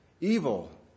Evil